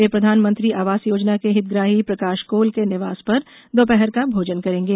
वे प्रधानमंत्री आवास योजना के हितग्राही प्रकाश कोल के निवास पर दोपहर का भोजन करेंगे